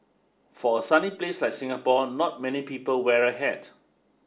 for a sunny place like Singapore not many people wear a hat